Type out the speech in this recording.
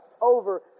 over